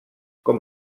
com